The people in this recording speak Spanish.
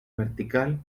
vertical